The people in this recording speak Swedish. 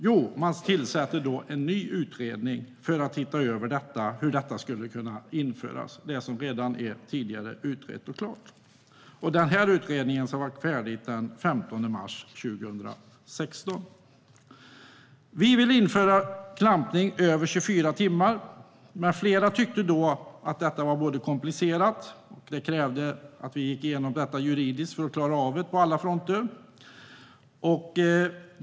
Jo, man tillsätter en ny utredning för att se hur detta skulle kunna införas, det som redan tidigare var utrett och klart. Den utredningen ska vara färdig den 15 mars 2016. Vi ville införa klampning längre än 24 timmar. Flera tyckte då att det var komplicerat. Det krävdes att vi gick igenom detta juridiskt för att vi skulle klara av det på alla fronter.